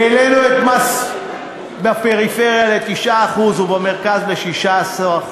העלינו את המס בפריפריה ל-9%, ובמרכז, ל-16%.